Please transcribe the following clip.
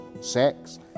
sex